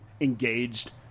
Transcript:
engaged